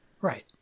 Right